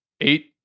eight